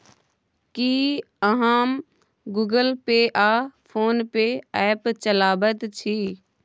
की अहाँ Google pay आ PhonePe app चलाबैत छी?